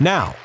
Now